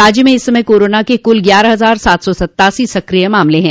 राज्य में इस समय कोरोना के कुल ग्यारह हजार सात सौ सत्तासी सक्रिय मामले हैं